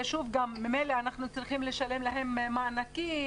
ממילא אנחנו צריכים לשלם להם מענקים,